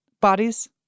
bodies